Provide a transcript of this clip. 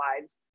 lives